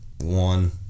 one